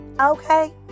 Okay